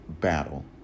battle